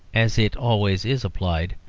as it always is applied,